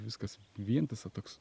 viskas vientisa toks